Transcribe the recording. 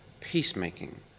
peacemaking